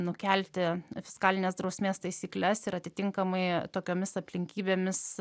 nukelti fiskalinės drausmės taisykles ir atitinkamai tokiomis aplinkybėmis